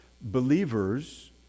Believers